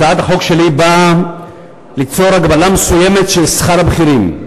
הצעת החוק שלי באה ליצור הגבלה מסוימת של שכר הבכירים.